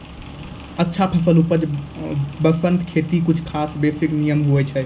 अच्छा फसल के उपज बास्तं खेती के कुछ खास बेसिक नियम होय छै